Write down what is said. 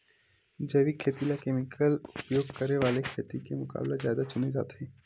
जैविक खेती ला केमिकल उपयोग करे वाले खेती के मुकाबला ज्यादा चुने जाते